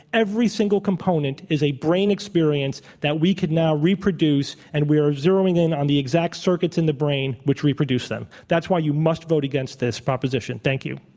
every single component is a brain experience that we could now reproduce. and we're zeroing in on the exact circuits in the brain which reproduce them. that's why you must vote against this proposition. thank you.